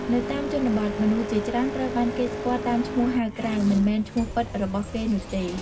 នៅតាមជនបទ មនុស្សជាច្រើនត្រូវបានគេស្គាល់តាមឈ្មោះហៅក្រៅ មិនមែនឈ្មោះពិតរបស់គេនោះទេ។